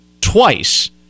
twice